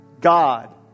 God